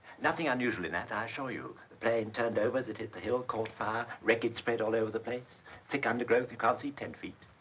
nothing unusual in that, i assure you. the plane turned over as it hit the hill, caught fire. wreckage spread all over the place. thick undergrowth. you can't see ten feet.